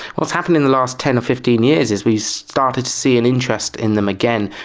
what's happened in the last ten or fifteen years is we started to see an interest in them again,